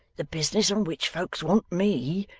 the business on which folks want me,